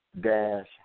dash